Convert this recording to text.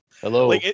Hello